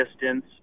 distance